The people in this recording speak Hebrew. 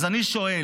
אז אני שואל,